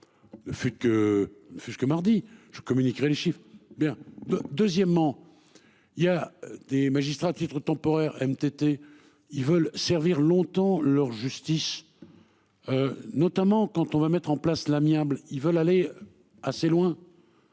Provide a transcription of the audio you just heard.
ce que mardi je communiquerai chiffre bien. Deuxièmement. Il y a des magistrats à titre temporaire MTT ils veulent servir longtemps leur justice. Notamment quand on va mettre en place l'amiable ils veulent aller assez loin.